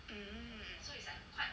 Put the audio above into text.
hmm